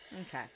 okay